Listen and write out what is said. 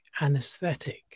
anesthetic